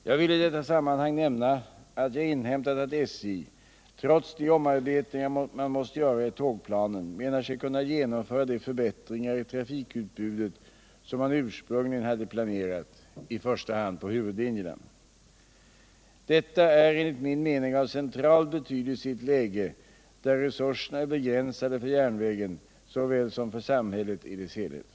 Jag vill i detta sammanhang nämna att jag inhämtat att SJ, trots de omarbetningar man måst göra i tågplanen, menar sig kunna genomföra de förbättringar i trafikutbudet som man ursprungligen hade planerat, i första hand på huvudlinjerna. Detta är enligt min mening av central betydelse i ett läge där resurserna är begränsade för järnvägen såväl som för samhället i dess helhet.